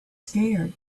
scared